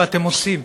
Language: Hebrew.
ואתם עושים.